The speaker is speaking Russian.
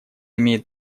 имеет